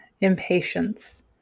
impatience